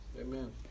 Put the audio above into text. Amen